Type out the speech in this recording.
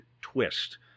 twist